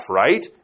right